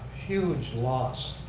huge loss.